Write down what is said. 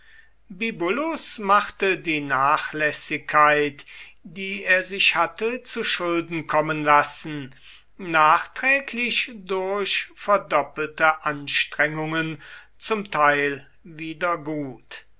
bibulus machte die nachlässigkeit die er sich hatte zu schulden kommen lassen nachträglich durch verdoppelte anstrengungen zum teil wieder gut